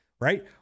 Right